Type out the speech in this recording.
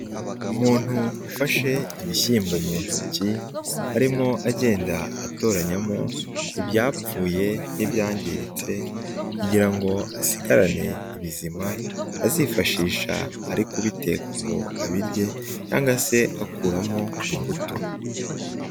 Umuntu ufashe ibishyimbo mu ntoki, arimo agenda atoranyamo ibyapfuye n'ibyangiritse kugira ngo asigarane ibizima, azifashisha ari kubiteka ngo abirye cyangwa se akuramo imbuto.